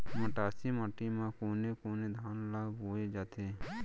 मटासी माटी मा कोन कोन धान ला बोये जाथे?